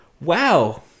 Wow